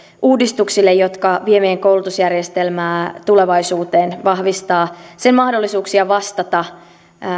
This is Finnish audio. uudistuksille jotka vievät meidän koulutusjärjestelmää tulevaisuuteen vahvistavat sen mahdollisuuksia vastata